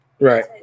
Right